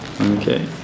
Okay